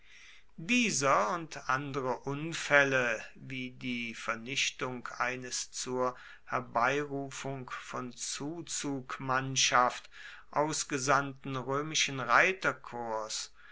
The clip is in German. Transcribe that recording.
dieser und andere unfälle wie die vernichtung eines zur herbeirufung von zuzugmannschaft ausgesandten römischen